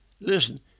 listen